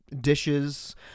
dishes